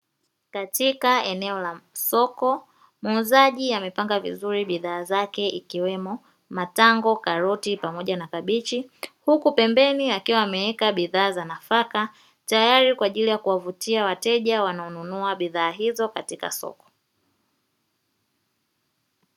Katika eneo la masoko muuzaji amepanga vizuri karoti pamoja na matango huku pembeni akiwa ameweka bidhaa za nafaka tayari kwa ajili ya kuwavutia wateja wanaoonunua bidhaa hizo katika soko.